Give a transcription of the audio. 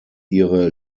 ihre